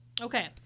okay